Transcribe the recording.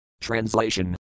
Translation